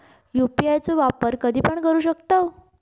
UPI चो वापर कधीपण करू शकतव?